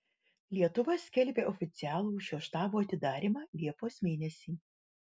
lietuva skelbia oficialų šio štabo atidarymą liepos mėnesį